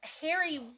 Harry